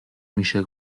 میشه